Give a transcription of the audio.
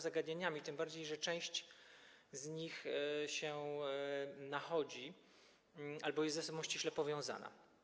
zagadnieniami, tym bardziej że część na siebie nachodzi albo jest ze sobą ściśle powiązana.